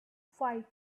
fight